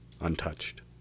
untouched